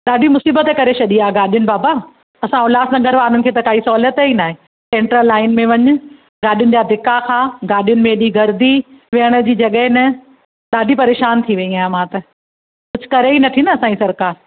ॾाढी मुसीबत करे छॾी आहे गाॾीनि बाबा असां उल्हासनगर वारनि खे त काई सहूलियत ई नाहे एंटरलाइन में वञ गाॾीनि जा धिका खां गाॾियुनि में हेॾी गर्दी वेहण जी जॻहि न ॾाढी परेशान थी वई आहियां मां त कुझु करे ई नथी न असांजी सरकारु